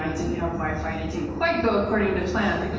have wi-fi and it didn't quite go according to plan,